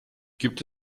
gibt